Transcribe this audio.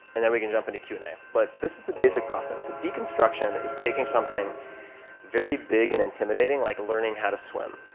and then we can jump into q and a. but this is the basic process. deconstruction is taking something very big and intimidating, like learning how to swim.